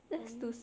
hon~